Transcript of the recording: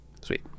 Sweet